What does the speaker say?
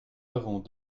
avons